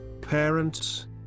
parents